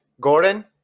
Gordon